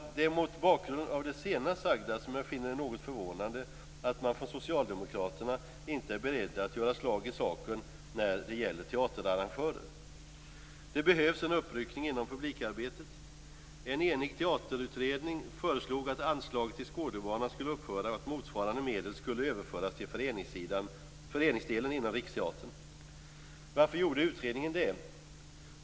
Det är mot bakgrund av det jag sagt nu senast som jag finner det något förvånande att Socialdemokraterna inte är beredda att göra slag i saken angående teaterarrangörer. Det behövs en uppryckning inom publikarbetet. En enig teaterutredning föreslog att anslaget till Skådebanan skulle upphöra och att motsvarande medel skulle överföras till föreningsdelen inom Riksteatern. Varför gjorde utredningen det?